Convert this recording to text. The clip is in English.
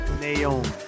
Naomi